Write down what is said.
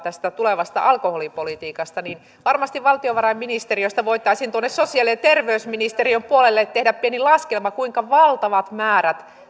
tulevasta alkoholipolitiikasta ja varmasti valtiovarainministeriöstä voitaisiin tuonne sosiaali ja ja terveysministeriön puolelle tehdä pieni laskelma kuinka valtavat määrät